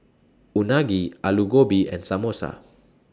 Unagi Alu Gobi and Samosa